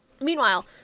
Meanwhile